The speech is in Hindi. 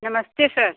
नमस्ते सर